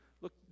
Look